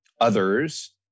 others